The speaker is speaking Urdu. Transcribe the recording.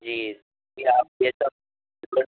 جی جی آپ یہ سب